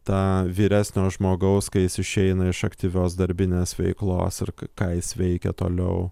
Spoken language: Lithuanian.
tą vyresnio žmogaus kai jis išeina iš aktyvios darbinės veiklos ir k ką jis veikia toliau